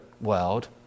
world